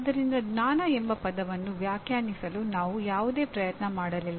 ಆದ್ದರಿಂದ ಜ್ಞಾನ ಎಂಬ ಪದವನ್ನು ವ್ಯಾಖ್ಯಾನಿಸಲು ನಾವು ಯಾವುದೇ ಪ್ರಯತ್ನ ಮಾಡಲಿಲ್ಲ